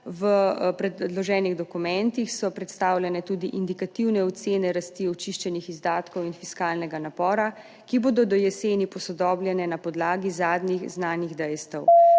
V predloženih dokumentih so predstavljene tudi indikativne ocene rasti očiščenih izdatkov in fiskalnega napora, ki bodo do jeseni posodobljene na podlagi zadnjih znanih dejstev.